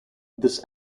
this